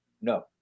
no